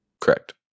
Correct